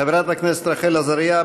חברת הכנסת רחל עזריה,